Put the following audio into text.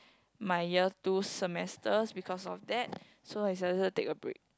my year two semesters because of that so I decided to take a break